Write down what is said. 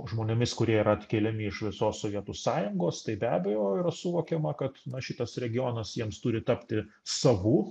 žmonėmis kurie yra atkeliami iš visos sovietų sąjungos tai be abejo yra suvokiama kad šitas regionas jiems turi tapti savu